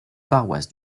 paroisse